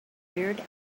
weird